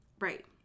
Right